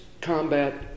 combat